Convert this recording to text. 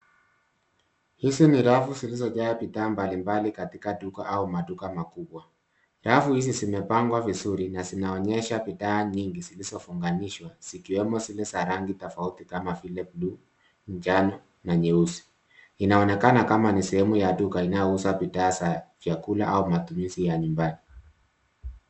Hizi ni rafu zilizojaa bidhaa mbalimbali katika duka au maduka makubwa. Rafu hizi zimepangwa vizuri na zinaonyesha bidhaa nyingi zilizofunganishwa zikiwemo zile za rangi tofauti kama vile bluu, njano na nyeusi. Inaonekana kama ni sehemu ya duka inayouza bidhaa za vyakula au matumizi ya nyumbani.